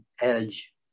edge